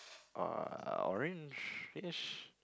uh orange-ish